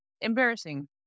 embarrassing